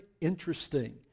interesting